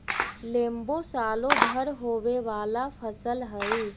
लेम्बो सालो भर होवे वाला फसल हइ